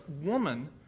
woman